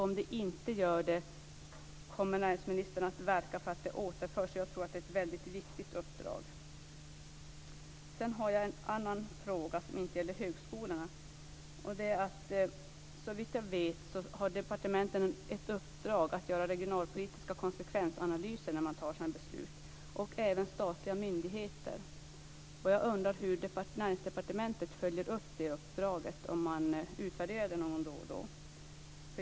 Om det inte gör det, kommer näringsministern att verka för att det återförs? Jag tror att det är ett väldigt viktigt uppdrag. Sedan har jag en annan fråga som inte gäller högskolorna. Såvitt jag vet har departementen och statliga myndigheter ett uppdrag att göra regionalpolitiska konsekvensanalyser när man fattar den här typen av beslut. Jag undrar hur Näringsdepartementet följer upp detta uppdrag. Utvärderas det då och då?